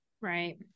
Right